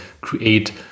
create